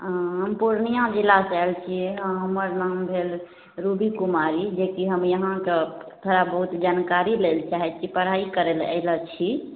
हँ हम पूर्णिया जिलासँ आयल छियै हमर नाम भेल रूबी कुमारी जे कि हम यहाँके थोड़ा बहुत जानकारी लै लए चाहय छियै पढ़ाइ करय लए अइ लए छी